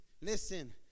listen